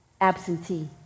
absentee